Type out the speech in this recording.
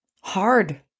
hard